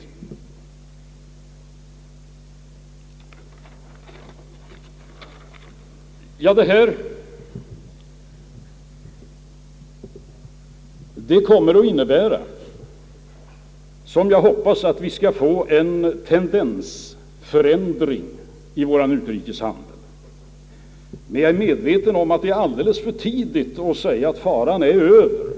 Det här kommer att innebära, hoppas jag, att vi skall få en tendensförändring i vår utrikeshandel. Men jag är medveten om att det är alldeles för tidigt att säga att faran är över.